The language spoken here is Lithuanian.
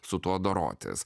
su tuo dorotis